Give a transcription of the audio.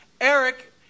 Eric